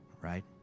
right